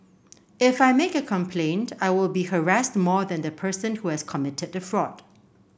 if I make a complaint I will be harassed more than the person who has committed the fraud